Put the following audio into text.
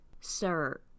sir